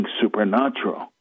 supernatural